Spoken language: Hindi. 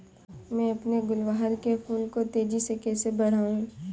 मैं अपने गुलवहार के फूल को तेजी से कैसे बढाऊं?